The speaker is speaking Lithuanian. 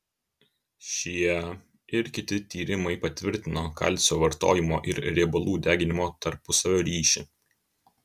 šie ir kiti tyrimai patvirtino kalcio vartojimo ir riebalų deginimo tarpusavio ryšį